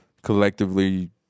Collectively